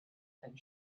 and